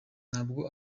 ntabwo